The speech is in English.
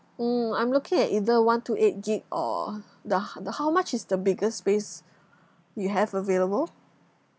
mm I'm looking at either one two eight gig or the ho~ the how much is the biggest space you have available